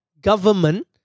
government